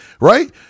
right